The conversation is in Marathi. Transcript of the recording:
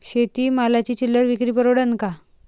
शेती मालाची चिल्लर विक्री परवडन का?